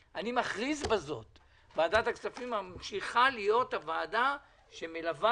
ועדת הכספים ממשיכה להיות הוועדה שמלווה